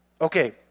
Okay